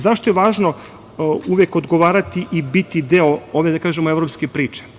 Zašto je važno uvek odgovarati i biti deo, da kažem, ove evropske priče?